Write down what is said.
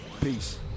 Peace